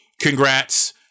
congrats